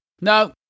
No